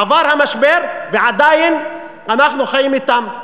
עבר המשבר ועדיין אנחנו חיים אתן.